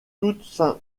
toute